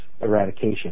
eradication